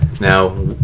now